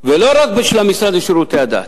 ולא רק של המשרד לשירותי הדת,